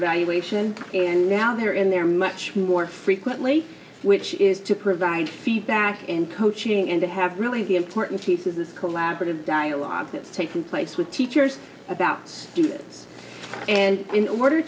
evaluation and now they're in there much more frequently which is to provide feedback and coaching and to have really important pieces this collaborative dialogue that's taken place with teachers about students and in order